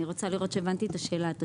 אני רוצה לראות שהבנתי את השאלה אתה